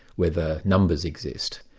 whether numbers exist.